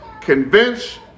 Convince